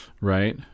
right